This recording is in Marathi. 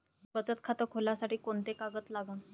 बचत खात खोलासाठी कोंते कागद लागन?